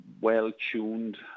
well-tuned